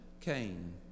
Cain